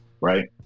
right